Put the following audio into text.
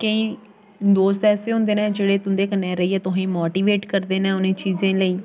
केईं दोस्त ऐसे होंदे न जेह्ड़े तुं'दे कन्नै रेहियै तोहें गी मोटिवेट करदे न उ'नें चीज़ें लेई